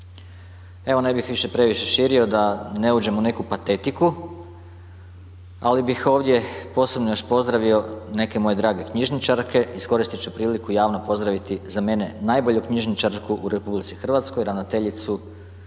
Evo ne bih više previše širio da ne uđem u neku patetiku, ali bih ovdje posebno još pozdravio neke moje drage knjižničarke, iskoristi ću priliku javno pozdraviti za mene najbolju knjižničarku u RH ravnateljicu Knjižnice